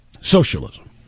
Socialism